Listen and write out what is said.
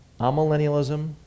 Amillennialism